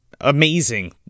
amazing